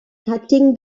touching